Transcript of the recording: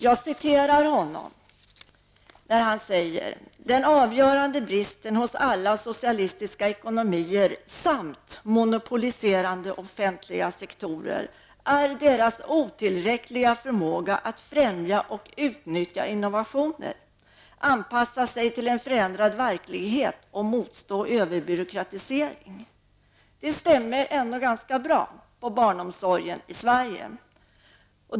Han sade följande: Den avgörande bristen hos alla socialistiska ekonomier samt monopoliserande offentliga sektorer är deras otillräckliga förmåga att främja och utnyttja innovationer, anpassa sig till en förändrad verklighet och motstå överbyråkratisering. Det stämmer ganska bra på barnomsorgen i Sverige.